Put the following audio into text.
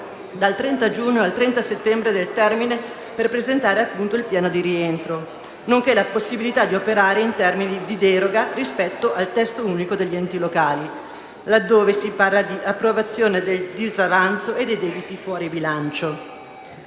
dal 30 giugno al 30 settembre del termine per presentare, appunto, il piano di rientro, nonché la possibilità di operare in regime di deroga rispetto al testo unico degli enti locali, laddove si parla di approvazione del disavanzo e dei debiti fuori bilancio.